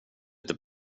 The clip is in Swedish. inte